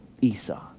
Esau